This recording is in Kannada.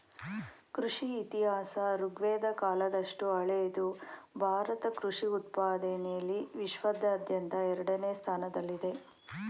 ಕೃಷಿ ಇತಿಹಾಸ ಋಗ್ವೇದ ಕಾಲದಷ್ಟು ಹಳೆದು ಭಾರತ ಕೃಷಿ ಉತ್ಪಾದನೆಲಿ ವಿಶ್ವಾದ್ಯಂತ ಎರಡನೇ ಸ್ಥಾನದಲ್ಲಿದೆ